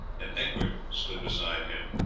and egbert stood beside him.